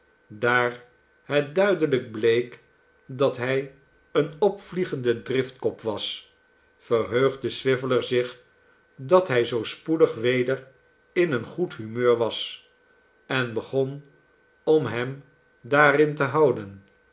daar het duidelijk bleek dat hij een opvliegende driftkop was verheugde swiveller zich dat hij zoo spoedig weder in een goed humeur was en begon om hem daarin te houden